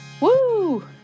Woo